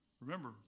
Remember